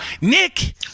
Nick